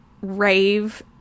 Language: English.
rave